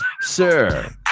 sir